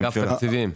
אגף התקציבים,